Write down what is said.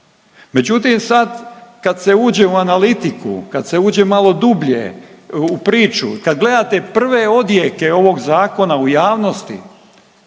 Međutim, sad kad se uđe u analitiku kad se uđe malo dublje u priču, kad gledate prve odjeke ovog zakona u javnosti